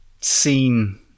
seen